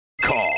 Call